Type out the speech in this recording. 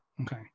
Okay